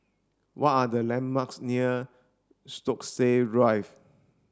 what are the landmarks near Stokesay Drive